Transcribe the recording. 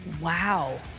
wow